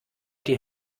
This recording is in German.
die